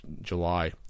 July